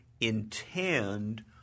intend